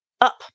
up